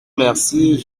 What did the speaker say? merci